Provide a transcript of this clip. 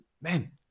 man